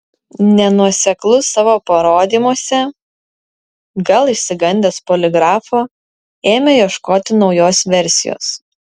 nenuoseklus savo parodymuose gal išsigandęs poligrafo ėmė ieškoti naujos versijos